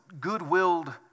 good-willed